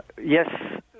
Yes